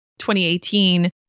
2018